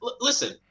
Listen